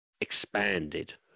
expanded